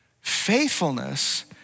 Faithfulness